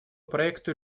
проекту